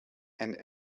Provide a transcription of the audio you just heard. and